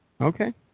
Okay